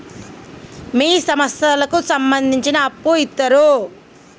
ఏ సంస్థలకు సంబంధించి అప్పు ఇత్తరు?